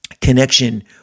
connection